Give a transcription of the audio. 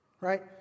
right